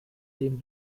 dem